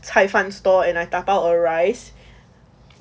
cai fan store and I dabao a rice